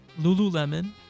Lululemon